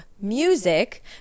music